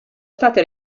state